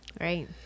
Right